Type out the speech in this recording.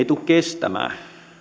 tule kestämään